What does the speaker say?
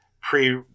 pre